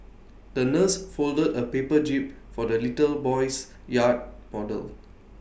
the nurse folded A paper jib for the little boy's yacht model